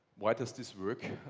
why does this work?